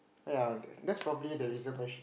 ya that's probably the reason why she